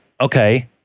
okay